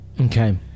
Okay